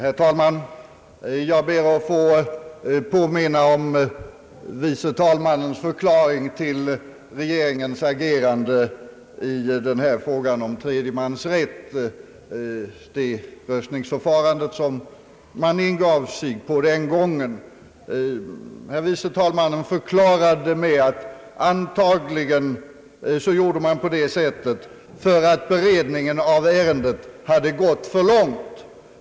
Herr talman! Jag ber att få påminna om förste vice talmannens förklaring till regeringens agerande i frågan om tredje mans rätt och det röstningsförfarande man gav sig in i den gången. Vice talmannen förklarade det med, att man antagligen gjorde på det sättet därför att beredningen av ärendet hade gått för långt.